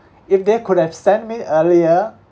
if they could have sent me earlier